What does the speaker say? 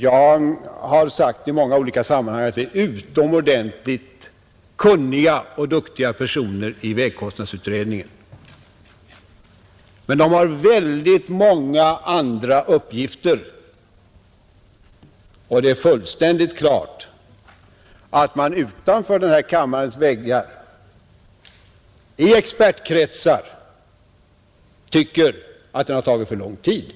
Jag har i många olika sammanhang sagt att de som sitter i vägkostnadsutredningen är utomordentligt kunniga och duktiga personer, men de har också många andra uppgifter, och det är fullständigt klart att man i expertkretsar utanför den här kammarens väggar tycker att utredningen har tagit för lång tid.